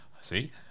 see